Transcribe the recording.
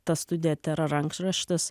ta studija tėra rankraštis